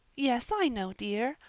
yes, i know, dear.